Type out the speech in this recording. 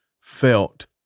felt